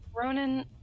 Ronan